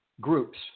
groups